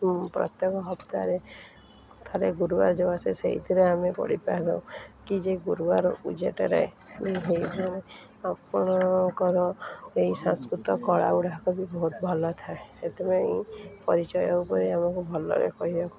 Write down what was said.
ପ୍ରତ୍ୟେକ ହପ୍ତାରେ ଥରେ ଗୁରୁବାର ଯୋ ଆସେ ସେଇଥିରେ ଆମେ ପଢ଼ିପାରୁ କି ଯେ ଗୁରୁବାର ପୂଜାଟାରେ ବି ହେଇପାରେ ଆପଣଙ୍କର ଏଇ ସଂସ୍କୃତ କଳା ଗୁଡ଼ାକ ବି ବହୁତ ଭଲ ଥାଏ ସେଥିପାଇଁ ପରିଚୟ ଉପରେ ଆମକୁ ଭଲରେ କହିବାକୁ